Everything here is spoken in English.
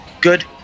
good